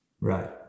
right